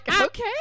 okay